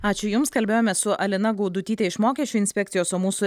ačiū jums kalbėjome su alina gaudutyte iš mokesčių inspekcijos o mūsų